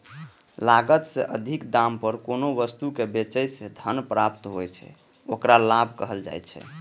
लागत सं अधिक दाम पर कोनो वस्तु कें बेचय सं जे धन प्राप्त होइ छै, ओकरा लाभ कहल जाइ छै